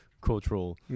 Cultural